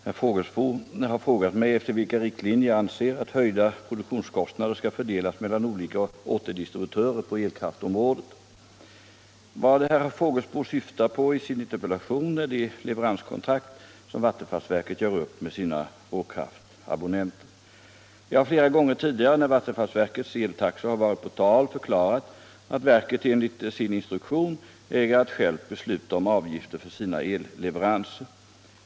Herr talman! Herr Fågelsbo har frågat mig efter vilka riktlinjer jag anser att höjda produktionskostnader skall fördelas mellan olika återdistributörer på elkraftområdet. Vad herr Fågelsbo syftar på i sin interpellation är de leveranskontrakt som vattenfallsverket gör upp med sina råkraftabonnenter. Jag har flera gånger tidigare när vattenfallsverkets eltaxor har varit på tal förklarat att verket enligt sin instruktion äger att självt besluta om avgifter för sina elleveranser.